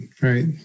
right